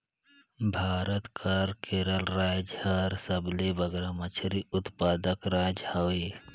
भारत कर केरल राएज हर सबले बगरा मछरी उत्पादक राएज हवे